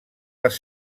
les